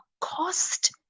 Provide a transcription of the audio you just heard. cost